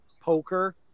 poker